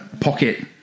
pocket